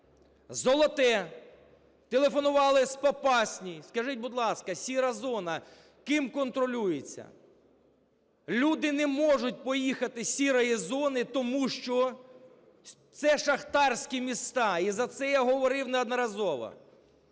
Золоте, телефонували з Папасної. Скажіть, будь ласка, "сіра" зона ким контролюється? Люди не можуть поїхати з "сірої" зони, тому що це шахтарські міста, і за це я говорив неодноразово.